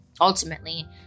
Ultimately